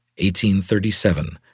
1837